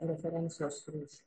referencijos rūšių